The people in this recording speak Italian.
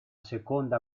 seconda